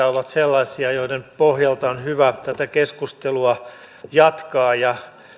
ovat sellaisia joiden pohjalta on hyvä tätä keskustelua jatkaa ja